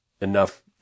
enough